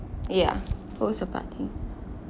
ya host a party